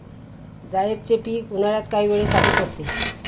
जायदचे पीक उन्हाळ्यात काही वेळे साठीच असते